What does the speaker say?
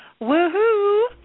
Woohoo